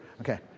okay